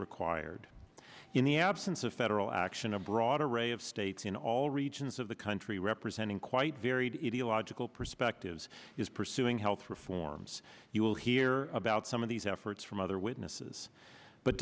required in the absence of federal action a broad array of states in all regions of the country representing quite varied illogical perspectives is pursuing health reforms you will hear about some of these efforts from other witnesses but